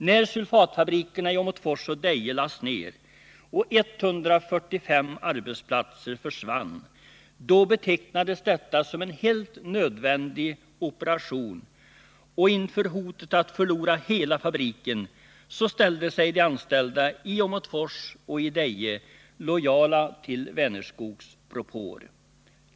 När sulfatfabrikerna i Åmotfors och Deje lades ned och 145 arbetsplatser försvann, betecknades detta som en helt nödvändig operation, och inför hotet att förlora hela fabriken ställde sig de anställda i Åmotfors och Deje lojala till Vänerskogs propåer.